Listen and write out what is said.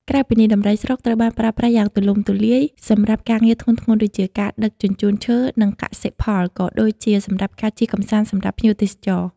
ក្រៅពីនេះដំរីស្រុកត្រូវបានប្រើប្រាស់យ៉ាងទូលំទូលាយសម្រាប់ការងារធ្ងន់ៗ ដូចជាការដឹកជញ្ជូនឈើ និងកសិផល ក៏ដូចជាសម្រាប់ការជិះកម្សាន្តសម្រាប់ភ្ញៀវទេសចរ។